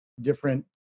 Different